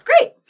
great